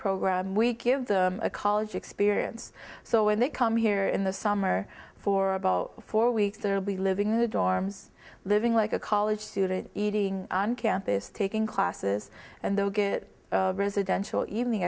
program we give them a college experience so when they come here in the summer for about four weeks they'll be living in the dorms living like a college student eating on campus taking classes and they'll get residential evening